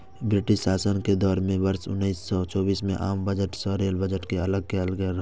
British शासन के दौर मे वर्ष उन्नैस सय चौबीस मे आम बजट सं रेल बजट कें अलग कैल गेल रहै